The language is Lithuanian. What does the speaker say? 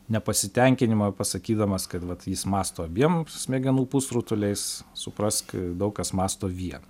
nepasitenkinimą pasakydamas kad vat jis mąsto abiem smegenų pusrutuliais suprask daug kas mąsto vienu